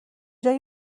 جایی